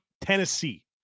Tennessee